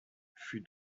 fut